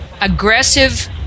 aggressive